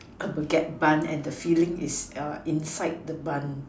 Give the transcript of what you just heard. a baguette bun and the filling is err inside the bun